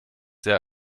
sehr